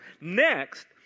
Next